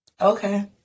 okay